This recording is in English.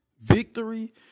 victory